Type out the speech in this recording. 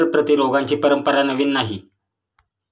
कर प्रतिरोधाची परंपरा नवी नाही